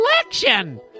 election